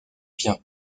vient